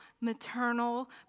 maternal